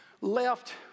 left